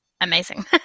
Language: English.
Amazing